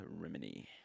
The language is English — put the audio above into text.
Remini